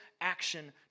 action